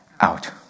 out